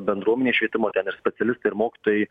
bendruomenės švietimo specialistai ir mokytojai